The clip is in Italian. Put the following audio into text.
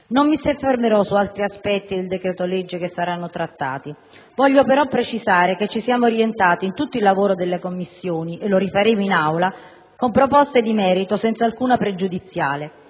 Non mi soffermerò su altri aspetti del decreto-legge che saranno trattati; voglio però precisare che ci siamo orientati in tutto il lavoro delle Commissioni - e lo rifaremo in Aula - con proposte di merito, senza alcuna pregiudiziale,